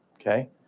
Okay